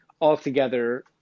altogether